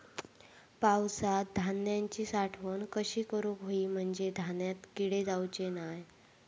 पावसात धान्यांची साठवण कशी करूक होई म्हंजे धान्यात कीटक जाउचे नाय?